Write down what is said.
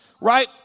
right